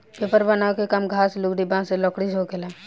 paper बनावे के काम घास, लुगदी, बांस आ लकड़ी से होखेला